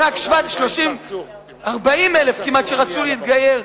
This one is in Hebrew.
כמעט 40,000 ילדים שרצו להתגייס,